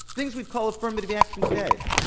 things we call, affirmative action, today,